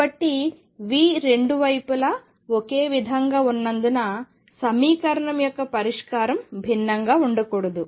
కాబట్టి V రెండు వైపులా ఒకే విధంగా ఉన్నందున సమీకరణం యొక్క పరిష్కారం భిన్నంగా ఉండకూడదు